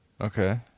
Okay